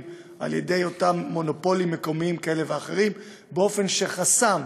על-ידי מונופולים מקומיים כאלה ואחרים באופן שחסם